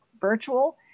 virtual